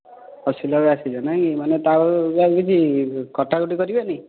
ଆସିଲେ ନାଇ ଆଉ ତାହେଲେ କିଛି କଟା କଟି କରିବେନି